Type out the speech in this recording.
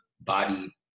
body